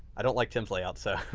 i don't like tim's layout. so,